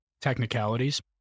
technicalities